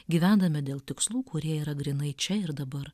gyvendami dėl tikslų kurie yra grynai čia ir dabar